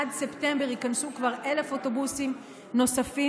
עד ספטמבר ייכנסו כבר 1,000 אוטובוסים נוספים,